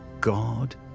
God